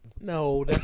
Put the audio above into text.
no